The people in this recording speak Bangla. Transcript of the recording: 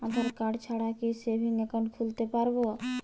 আধারকার্ড ছাড়া কি সেভিংস একাউন্ট খুলতে পারব?